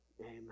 Amen